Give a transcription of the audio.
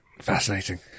fascinating